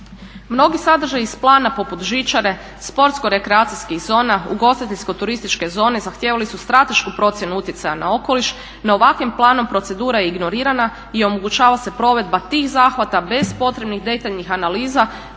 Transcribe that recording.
Mnogi sadržaji iz plana poput žičare, sportsko rekreacijskih zona, ugostiteljsko-turističke zone zahtijevali su stratešku procjenu utjecaja na okoliš. No, ovakvim planom procedura je ignorirana i omogućava se provedba tih zahvata bez potrebnih, detaljnih analiza